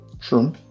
Sure